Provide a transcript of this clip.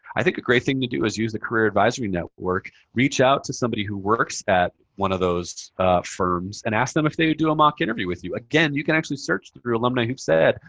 i think a great thing to do is use the career advisory network. reach out to somebody who works at one of those firms and ask them if they would do a mock interview with you. again, you can actually search through alumni who've said,